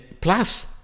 plus